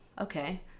okay